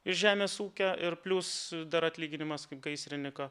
iš žemės ūkio ir plius dar atlyginimas gaisriniko